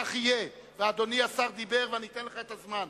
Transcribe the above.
כך יהיה, ואדוני השר דיבר ואני אתן לך את הזמן.